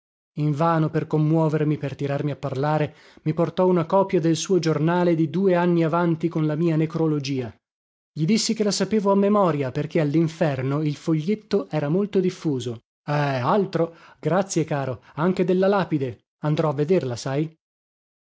invano per commuovermi per tirarmi a parlare mi portò una copia del suo giornale di due anni avanti con la mia necrologia gli dissi che la sapevo a memoria perché allinferno il foglietto era molto diffuso eh altro grazie caro anche della lapide andrò a vederla sai